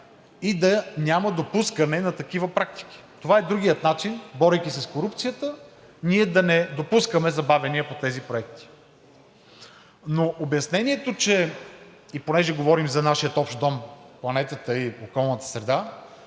да няма допускане на такива практики. Това е другият начин, борейки се с корупцията, ние да не допускаме забавяния по тези проекти. Понеже говорим за нашия общ дом планетата и околната среда,